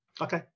Okay